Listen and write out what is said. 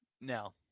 No